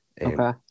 Okay